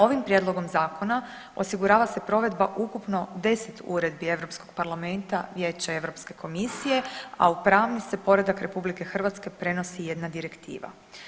Ovim prijedlogom zakona osigurava se provedba ukupno 10 uredbi Europskog parlamenta i Vijeća Europske komisije, a u pravni se poredak RH prenosi jedna direktiva.